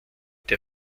der